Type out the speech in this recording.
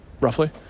roughly